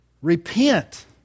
repent